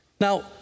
Now